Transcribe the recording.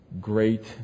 great